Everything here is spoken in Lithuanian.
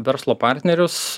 verslo partnerius